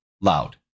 loud